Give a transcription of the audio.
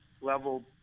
level